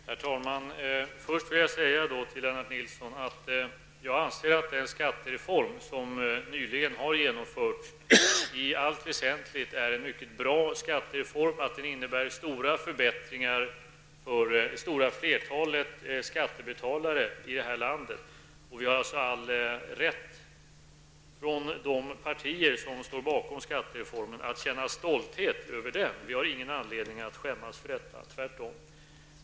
Herr talman! Först vill jag säga till Lennart Nilsson att jag anser att den skattereform som nyligen har genomförts i allt väsentligt är mycket bra och att den innebär stora förbättringar för det stora flertalet skattebetalare i det här landet. De partier som står bakom skattereformen har all rätt att känna stolthet över den. Vi har ingen anledning att skämmas för detta, tvärtom.